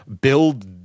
build